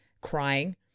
crying